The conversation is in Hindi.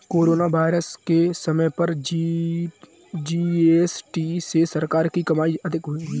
कोरोना वायरस के समय पर जी.एस.टी से सरकार की कमाई अधिक हुई